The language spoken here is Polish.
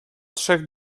trzech